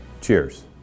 Cheers